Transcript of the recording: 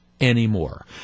anymore